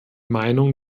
meinung